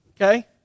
Okay